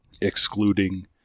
excluding